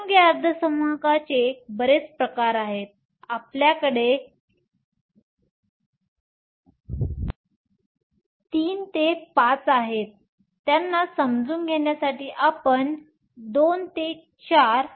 संयुगे अर्धसंवाहकचे बरेच प्रकार आहेत आपल्याकडे III V आहे त्यांना समजून घेण्यासाठी आपण II VI